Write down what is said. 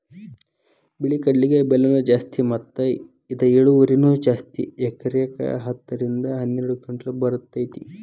ಬಿಳಿ ಕಡ್ಲಿಗೆ ಬೆಲೆನೂ ಜಾಸ್ತಿ ಮತ್ತ ಇದ ಇಳುವರಿನೂ ಜಾಸ್ತಿ ಎಕರೆಕ ಹತ್ತ ರಿಂದ ಹನ್ನೆರಡು ಕಿಂಟಲ್ ಬರ್ತೈತಿ